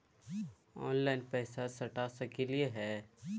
Online पैसा सटा सकलिय है?